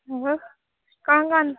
ମୁଁ କ'ଣ କ'ଣ